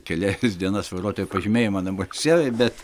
kelias dienas vairuotojo pažymėjimą namuose bet